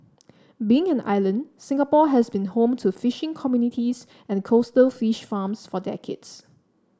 being an island Singapore has been home to fishing communities and coastal fish farms for decades